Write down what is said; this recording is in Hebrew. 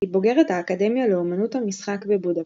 היא בוגרת האקדמיה לאמנות המשחק בבודפשט,